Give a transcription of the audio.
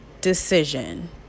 decision